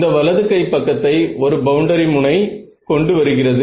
இந்த வலது கை பக்கத்தை ஒரு பவுண்டரி முனை கொண்டு வருகிறது